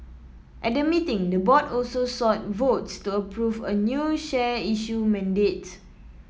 at the meeting the board also sought votes to approve a new share issue mandate